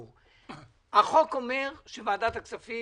החוק אומר, שוועדת הכספים